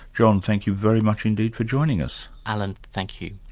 john, thank you very much indeed for joining us. alan, thank you.